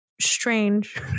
strange